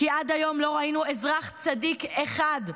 כי עד היום לא ראינו אזרח צדיק אחד,